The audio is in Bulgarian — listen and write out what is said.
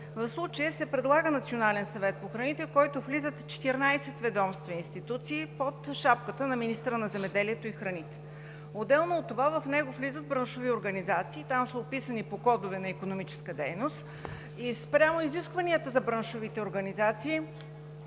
В случая се предлага Национален съвет по храните, в който влизат 14 ведомства и институции под шапката на министъра на земеделието и храните. Отделно от това в него влизат браншови организации и там са описани по кодове на икономическата дейност. Спрямо изискванията за браншовите организации